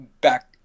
back